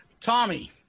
Tommy